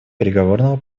переговорного